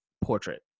portrait